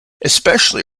especially